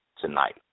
tonight